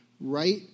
Right